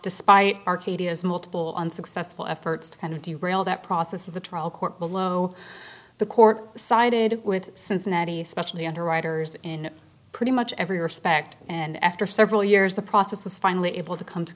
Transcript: despite arcadia's multiple unsuccessful efforts to kind of derail that process of the trial court below the court sided with cincinnati especially underwriters in pretty much every respect and after several years the process was finally able to come to